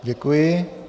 Děkuji.